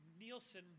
nielsen